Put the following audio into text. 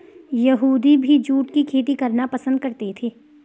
यहूदी भी जूट की खेती करना पसंद करते थे